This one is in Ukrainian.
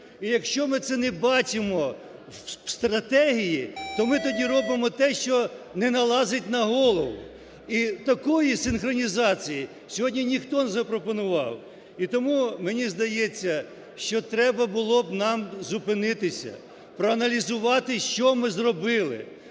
І якщо ми це не бачимо в стратегії, то ми тоді робимо те, що "не налазить на голову". І такої синхронізації сьогодні ніхто не запропонував. І тому мені здається, що треба було б нам зупинитися, проаналізувати, що ми зробили,